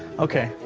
okay,